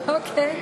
טוב מאוד, תשיבי.